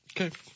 Okay